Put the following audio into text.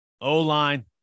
O-line